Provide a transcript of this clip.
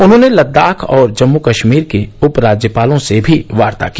उन्होंने लद्दाख और जम्मू कश्मीर के उपराज्यपालों से भी वार्ता की